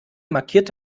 markiert